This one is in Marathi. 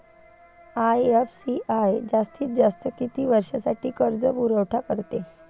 आय.एफ.सी.आय जास्तीत जास्त किती वर्षासाठी कर्जपुरवठा करते?